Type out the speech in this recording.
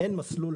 אין מסלול